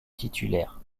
titulaire